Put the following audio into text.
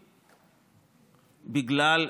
בגלל,